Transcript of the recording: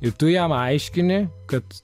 ir tu jam aiškini kad